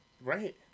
Right